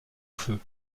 feux